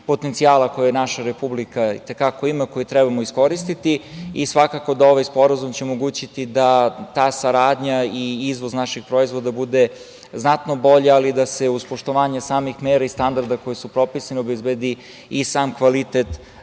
potencijala koji naša Republike i te kako ima, koji trebamo iskoristiti i svakako da ovaj sporazum će omogućiti da ta saradnja i izvoz naših proizvoda bude znatno bolji, ali da se uz poštovanje samih mera i standarda koji su propisani obezbedi i sam kvalitet